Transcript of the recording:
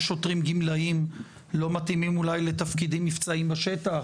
יש אולי שוטרים גמלאים שלא מתאימים לתפקידי שטח,